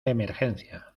emergencia